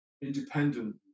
Independent